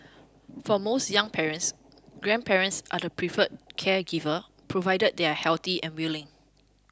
for most young parents grandparents are the preferred caregivers provided they are healthy and willing